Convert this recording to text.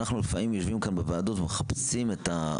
אנחנו לפעמים יושבים כאן בוועדות ומחפשים את,